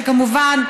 שכמובן,